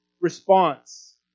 response